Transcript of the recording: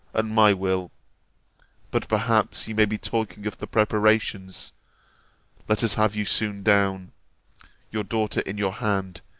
and my will but perhaps you may be talking of the preparations let us have you soon down your daughter in your hand,